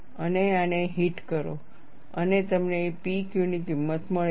અને આને હિટ કરો અને તમને P Q ની કિંમત મળે છે